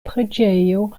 preĝejo